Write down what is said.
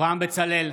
אברהם בצלאל,